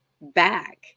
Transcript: back